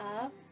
up